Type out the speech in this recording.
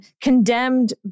condemned